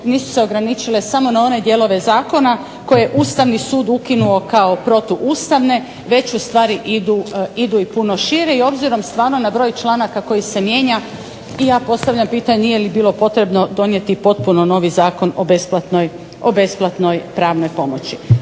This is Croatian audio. nisu se ograničile samo na one dijelove zakona koje je Ustavni sud ukinuo kao protu ustavne već u stvari idu i puno šire. I obzirom stvarno na broj članaka koji se mijenja i ja postavljam pitanje nije li bilo potrebno donijeti i potpuno novi Zakon o besplatnoj pravnoj pomoći.